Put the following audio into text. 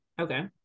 okay